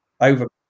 over